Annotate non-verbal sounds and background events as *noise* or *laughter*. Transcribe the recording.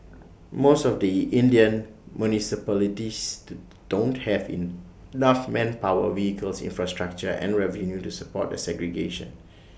most of the Indian municipalities *noise* don't have enough manpower vehicles infrastructure and revenue to support the segregation